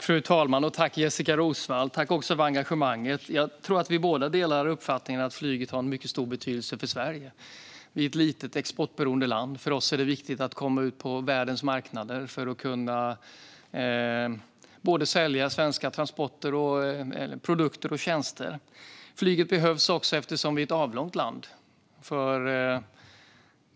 Fru talman! Tack, Jessika Roswall, för engagemanget! Jag tror att vi delar uppfattningen att flyget har en mycket stor betydelse för Sverige. Vi är ett litet, exportberoende land. För oss är det viktigt att komma ut på världens marknader för att kunna sälja svenska transporter, produkter och tjänster. Flyget behövs också eftersom vi är ett avlångt land.